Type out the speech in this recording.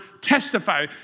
testify